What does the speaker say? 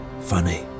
funny